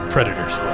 Predators